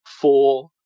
Four